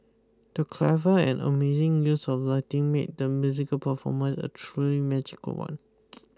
the clever and amazing use of lighting made the musical performance a truly magical one